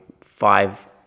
five